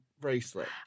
bracelet